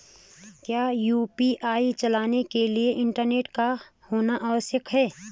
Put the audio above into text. क्या यु.पी.आई चलाने के लिए इंटरनेट का होना आवश्यक है?